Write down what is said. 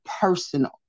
personal